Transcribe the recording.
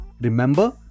Remember